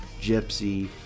Gypsy